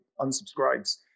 unsubscribes